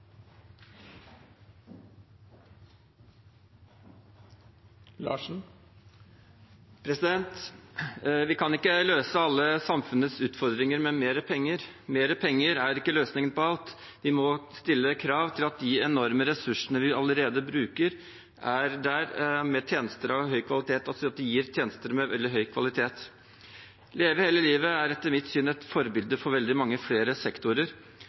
ikke løsningen på alt. Vi må stille krav til at de enorme ressursene vi allerede bruker, gir tjenester av veldig høy kvalitet. Leve hele livet er etter mitt syn et forbilde for veldig mange flere sektorer.